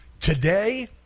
Today